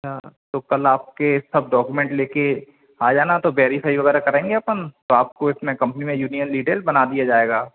अच्छा तो कल आपके सब डॉक्यूमेंट ले कर आ जाना तो बेरीफाई वग़ैरह करेंगे अपन तो आपको इसमें कंपनी में यूनियन लीडर बना दिया जाएगा